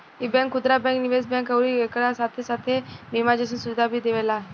इ बैंक खुदरा बैंक, निवेश बैंक अउरी एकरा साथे साथे बीमा जइसन सुविधा भी देवेला